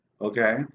Okay